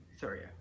Sorry